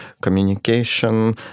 communication